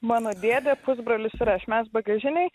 mano dėdė pusbrolis ir aš mes bagažinėj